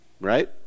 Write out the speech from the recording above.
right